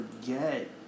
forget